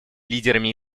лидерами